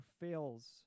fails